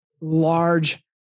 large